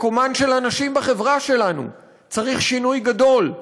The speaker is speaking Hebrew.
מקומן של הנשים בחברה שלנו צריך שינוי גדול.